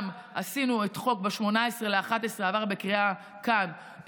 גם עשינו את החוק, שב-18 בנובמבר עבר בקריאה כאן,